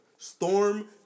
Storm